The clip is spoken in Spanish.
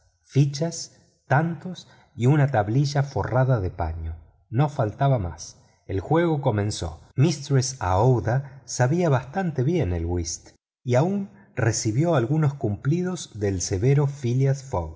fichas tantos y una tablilla forrada de paño no faltaba nada el juego comenzó mistress aouida sabía bastante bien el whist aun recibió algunos cumplidos del severo phileas